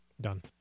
Done